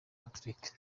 patrick